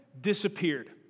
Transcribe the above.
disappeared